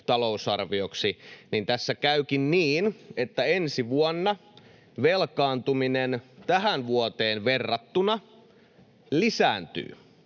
talousarvioksi, niin tässä käykin niin, että ensi vuonna velkaantuminen tähän vuoteen verrattuna lisääntyy